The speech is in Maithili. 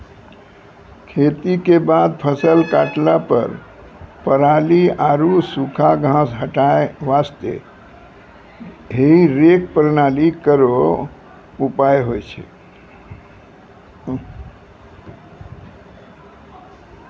खेती क बाद फसल काटला पर पराली आरु सूखा घास हटाय वास्ते हेई रेक प्रणाली केरो उपयोग होय छै